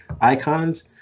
icons